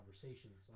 conversations